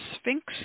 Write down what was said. sphinx